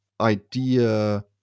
idea